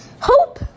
Hope